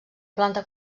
planta